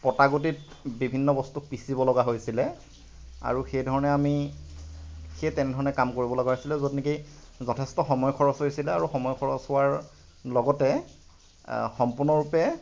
পটা গুটিত বিভিন্ন বস্তু পিঁচিব লগা হৈছিলে আৰু সেইধৰণে আমি সেই তেনেধৰণে কাম কৰিব লগা হৈছিলে য'ত নেকি যথেষ্ট সময় খৰছ হৈছিলে আৰু সময় খৰছ হোৱাৰ লগতে সম্পূৰ্ণৰূপে